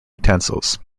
utensils